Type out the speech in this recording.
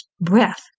breath